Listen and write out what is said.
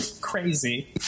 crazy